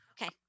Okay